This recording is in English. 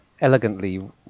elegantly